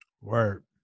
Word